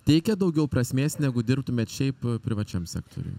teikia daugiau prasmės negu dirbtumėt šiaip privačiam sektoriui